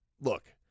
look